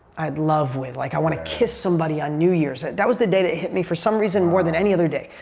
i'd love with. like, i want to kiss somebody on new year's. that was the day that hit me for some reason more than any other day.